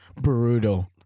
brutal